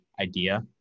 idea